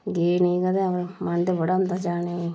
गे नी कदैं ब मन ते बड़ा होंदा जाने ई